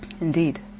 Indeed